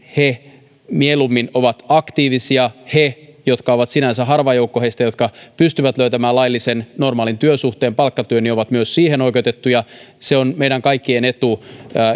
he mieluummin ovat aktiivisia he jotka ovat sinänsä harva joukko turvapaikanhakijoista jotka pystyvät löytämään laillisen normaalin työsuhteen palkkatyön ovat siihen myös oikeutettuja se on meidän kaikkien etu